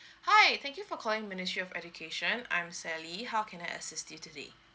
hi thank you for calling ministry of education I'm sally how can I assist you today